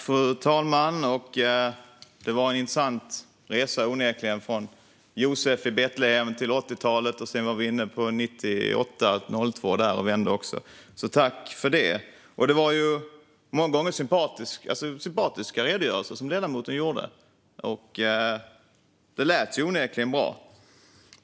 Fru talman! Det var onekligen en intressant resa, från Josef i Betlehem till 80-talet, och så var vi inne en vända på 1998-2002. Tack för detta! Det var en många gånger sympatisk redogörelse som ledamoten gjorde, och det lät onekligen bra.